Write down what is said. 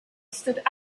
stood